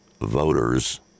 voters